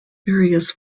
various